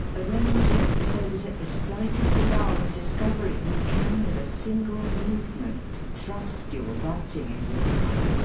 arrange it so that at the slightest alarm of discovery you can with a single movement thrust your writing into the fire.